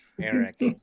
Eric